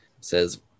says